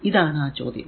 ഇതാണ് ആ ചോദ്യം